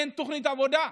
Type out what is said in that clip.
אין תוכנית עבודה,